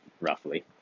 roughly